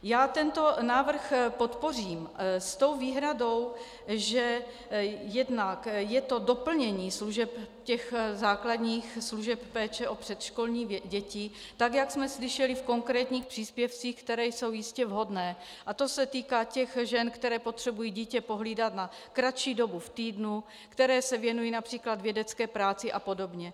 Já tento návrh podpořím s tou výhradou, že jednak je to doplnění těch základních služeb péče o předškolní děti, tak jak jsme slyšeli v konkrétních příspěvcích, které jsou jistě vhodné, a to se týká těch žen, které potřebují dítě pohlídat na kratší dobu v týdnu, které se věnují např. vědecké práci apod.